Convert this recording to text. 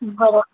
बरं